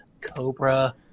Cobra